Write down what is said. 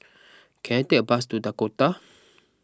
can I take a bus to Dakota